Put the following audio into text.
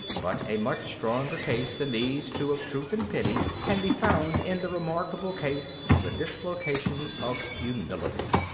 but a much stronger case than these two of truth and pity can be found in the remarkable case of the dislocation of humility.